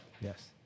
Yes